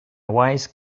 wise